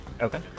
Okay